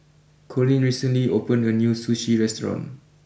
Coleen recently opened a new Sushi restaurant